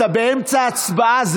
אתה באמצע הצבעה,